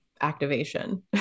activation